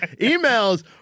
emails